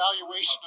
evaluation